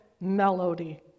melody